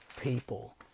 people